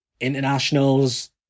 internationals